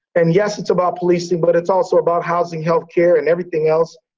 and yes, it's about policing, but it's also about housing, healthcare, and everything else.